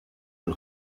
del